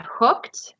hooked